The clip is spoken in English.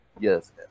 Yes